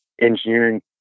engineering